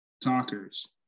talkers